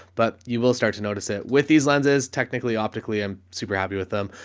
but you will start to notice it with these lenses. technically, optically, i'm super happy with them.